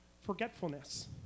forgetfulness